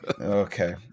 Okay